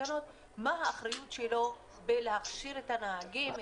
התקנות מה האחריות שלו להכשיר את הנהגים,